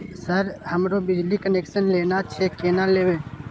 Sir हमरो बिजली connection लेना छे केना लेबे?